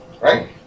right